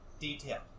detail